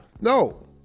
No